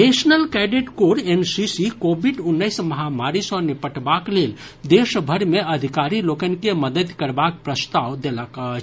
national cadet corps NCC covid उन्नैस महामारी सँ निपटबाक लेल देशभरि मे अधिकारी लोकनि के मददि करबाक प्रस्ताव देलक अछि